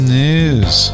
news